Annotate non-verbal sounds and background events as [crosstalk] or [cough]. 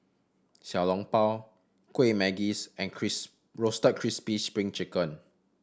Xiao Long Bao Kueh Manggis and [unintelligible] Roasted Crispy Spring Chicken